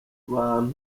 uha